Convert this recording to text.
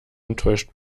enttäuscht